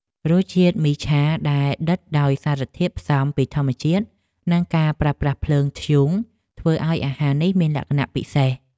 រសជាតិមីឆាដែលដិតដោយសារធាតុផ្សំពីធម្មជាតិនិងការប្រើប្រាស់ភ្លើងធ្យូងធ្វើឱ្យអាហារនេះមានលក្ខណៈពិសេស។